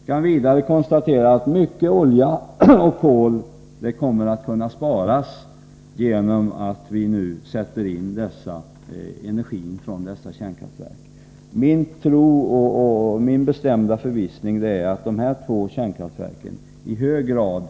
Jag kan vidare konstatera att mycket kol och olja kommer att kunna sparas genom att vi utnyttjar energin från dessa kärnkraftverk. Min förvissning är att dessa två kärnkraftverk i hög grad